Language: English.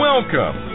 Welcome